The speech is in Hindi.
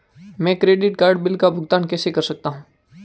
मैं क्रेडिट कार्ड बिल का भुगतान कैसे कर सकता हूं?